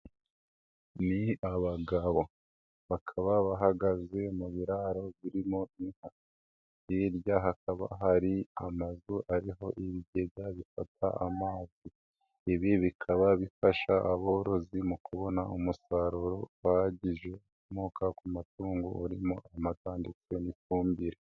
Ni abagabo bakaba bahagaze mu biraro birimo inka hirya hakaba hari amazu ariho ibigega bifata amazi. Ibi bikaba bifasha aborozi mu kubona umusaruro uhagije ukomoka ku matungo urimo amta ndetse n'ifumbire.